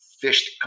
fished